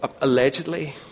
allegedly